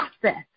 process